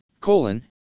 colon